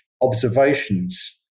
observations